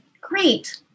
great